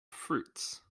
fruits